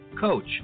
coach